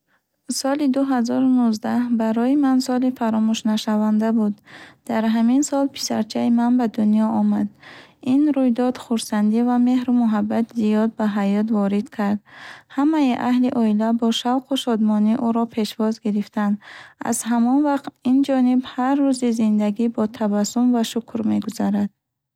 Соли дуҳазору нуздаҳ барои ман соли фаромӯшнашаванда буд. Дар ҳамин сол писарчаи ман ба дунё омад. Ин рӯйдод хурсандӣ ва меҳру муҳаббати зиёд ба ҳаёт ворид кард. Ҳамаи аҳли оила бо шавқу шодмонӣ ӯро пешвоз гирифтанд. Аз ҳамон вақт инҷониб, ҳар рӯзи зиндагӣ бо табассум ва шукр мегузарад.